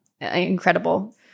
incredible